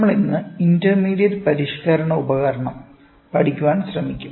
നമ്മൾ ഇന്ന് ഇന്റർമീഡിയറ്റ് പരിഷ്ക്കരണ ഉപകരണം പഠിക്കാൻ ശ്രമിക്കും